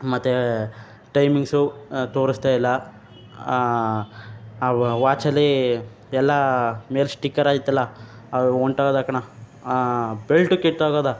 ಮತ್ತು ಟೈಮಿಂಗ್ಸು ತೋರಿಸ್ತಾ ಇಲ್ಲಾ ಆ ವಾಚಲೀ ಎಲಾ ಮೇಲೆ ಸ್ಟಿಕ್ಕರ್ ಇದೆಯಲ ಅವ ಹೊಂಟೋದ ಕಣ ಬೆಲ್ಟು ಕಿತ್ತೋಗಿದೆ